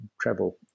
travel